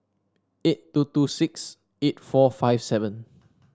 eight two two six eight four five seven